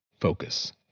Focus